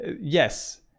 yes